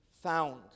Found